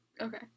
Okay